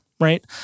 right